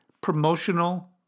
promotional